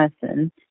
person